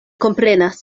komprenas